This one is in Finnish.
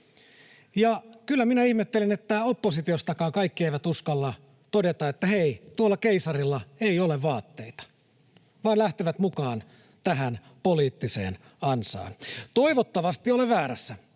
Ja kyllä minä ihmettelen, että oppositiostakaan kaikki eivät uskalla todeta, että hei, tuolla keisarilla ei ole vaatteita, vaan lähtevät mukaan tähän poliittiseen ansaan. Toivottavasti olen väärässä.